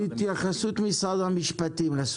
משרד המשפטים.